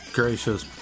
gracious